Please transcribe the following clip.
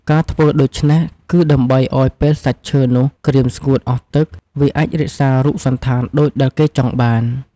ការធ្វើដូច្នេះ គឺដើម្បីឲ្យពេលសាច់ឈើនោះក្រៀមស្ងួតអស់ទឹក វាអាចរក្សារូបសណ្ឋានដូចដែលគេចង់បាន ។